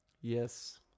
Yes